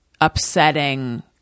upsetting